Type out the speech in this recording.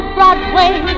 Broadway